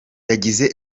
yagize